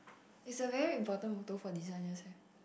it's a very important motto for this ya you say